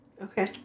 Okay